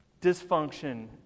dysfunction